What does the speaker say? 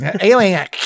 Alien